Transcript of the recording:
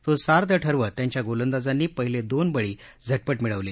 तो सार्थ ठरवत त्यांच्या गोलंदाजांनी पहिले दोन बळी झटपट मिळवले